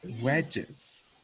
Wedges